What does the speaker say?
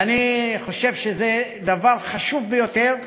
ואני חושב שזה דבר חשוב ביותר.